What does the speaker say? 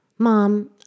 Mom